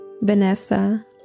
Vanessa